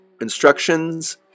instructions